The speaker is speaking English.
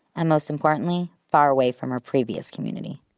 most importantly, far away from her previous community.